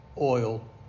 oil